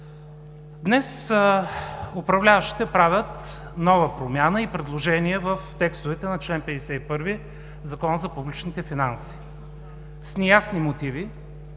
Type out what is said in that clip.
Днес управляващите правят нова промяна и предложения в текстовете на чл. 51 на Закона за публичните финанси – с неясни мотиви,